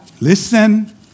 Listen